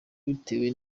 bitewe